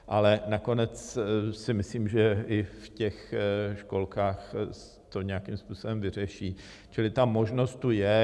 Ale nakonec si myslím, že i v těch školkách to nějakým způsobem vyřeší, čili ta možnost tu je.